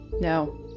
No